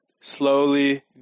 slowly